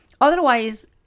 Otherwise